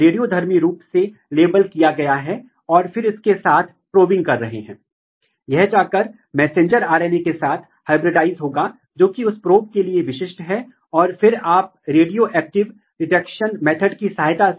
इसलिए प्राथमिक रूट विकास सामान्य है और ये ARF हैं ARF AUXIN RESPONSE FACTOR हैं वे भी ट्रांसक्रिप्शन कारक के एक वर्ग हैं लेकिन वे ऑक्सिन मीडिएट सिग्नलिंग मार्ग में काम करते हैं